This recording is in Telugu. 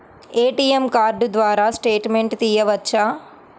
ఏ.టీ.ఎం కార్డు ద్వారా స్టేట్మెంట్ తీయవచ్చా?